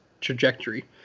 trajectory